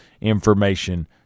information